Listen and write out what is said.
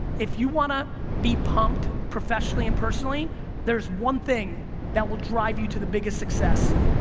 if you want to be pumped professionally and personally there's one thing that will drive you to the biggest success,